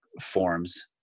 forms